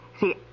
See